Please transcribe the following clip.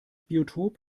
biotop